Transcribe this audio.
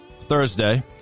Thursday